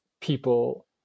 people